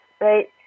right